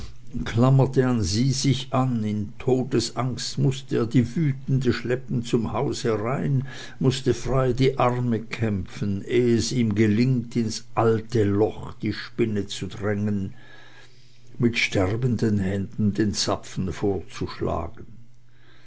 sie sich an in todesangst mußte er die wütende schleppen zum hause herein muß frei die arme kämpfen ehe es ihm gelingt ins alte loch die spinne zu drängen mit sterbenden händen den zapfen vorzuschlagen